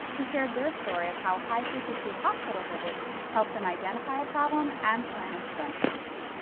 who shared their story of how high-frequency hospital visits helped them identify a problem and plan interventions.